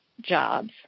jobs